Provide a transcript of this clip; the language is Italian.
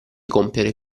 compiere